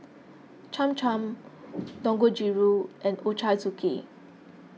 Cham Cham Dangojiru and Ochazuke